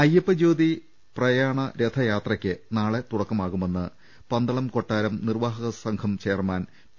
അയ്യപ്പജ്യോതി പ്രയാണ രഥയാത്രക്ക് നാളെ തുടക്കമാകുമെന്ന് പന്തളം കൊട്ടാരം നിർവ്വാഹക സംഘം ചെയർമാൻ പി